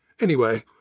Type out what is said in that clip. Anyway